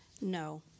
no